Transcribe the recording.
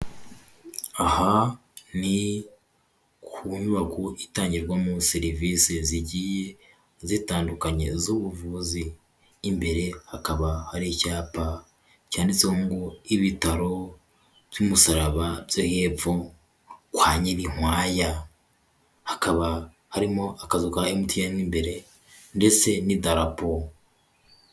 Aha ni ku nyubako itangirwamo serivisi zigiye zitandukanye z'ubuvuzi, imbere hakaba hari icyapa cyanditse ngo "ibitaro by'umusaraba byo hepfo kwa Nyirinkwaya." Hakaba harimo akazu MTN mu imbere ndetse n'idarapo.